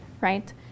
Right